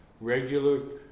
regular